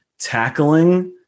tackling